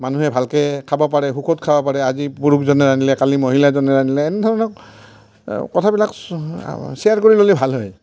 মানুহে ভালকৈ খাব পাৰে সুখত খাব পাৰে আজি পুৰুষজনে ৰান্ধিলে কালি মহিলাজনে ৰান্ধিলে এনেধৰণৰ কথাবিলাক শ্ৱেয়াৰ কৰি ল'লে ভাল হয়